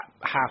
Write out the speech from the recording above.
half